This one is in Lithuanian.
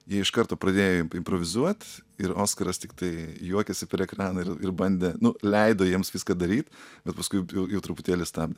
jie iš karto pradėjo improvizuot ir oskaras tiktai juokėsi per ekraną ir ir bandė nu leido jiems viską daryt bet paskui jau truputėlį stabdė